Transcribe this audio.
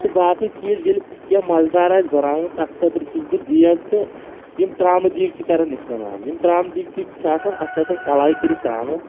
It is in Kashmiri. تہٕ باقٕے چیٖز ییٚلہِ کینٛہہ مَزٕدار آسہِ بَناوُن تَتھ خٲطرٕ چھُس بہٕ دیگ تہٕ یِم ترٛامہٕ دیٖچہِ کَران استعمال یِم ترٛامہٕ دیٖچِک چھِ آسان اَتھ چھِ آسان کَلاے کٔرِتھ ترٛامَس